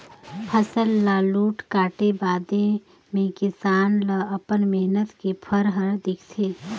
फसल ल लूए काटे बादे मे किसान ल अपन मेहनत के फर हर दिखथे